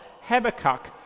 Habakkuk